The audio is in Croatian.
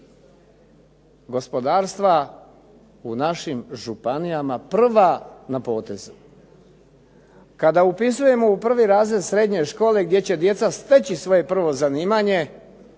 gospodarstva u našim županijama prava potezu. Kada upisujemo u 1. razred srednje škole gdje će djeca steći svoje prvo zanimanje,